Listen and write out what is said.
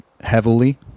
heavily